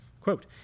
Quote